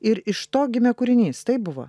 ir iš to gimė kūrinys taip buvo